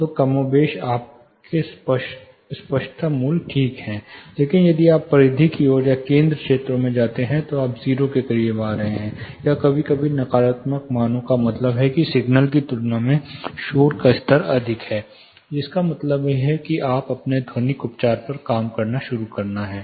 तो कमोबेश आपके स्पष्टता मूल्य ठीक हैं लेकिन यदि आप परिधि की ओर या केंद्र क्षेत्रों में जाते हैं तो आप 0 के करीब आ रहे हैं या कभी कभी नकारात्मक मानों का मतलब है कि सिग्नल की तुलना में शोर का स्तर अधिक है जिसका मतलब है कि आप अपने ध्वनिक उपचार पर काम शुरू करना है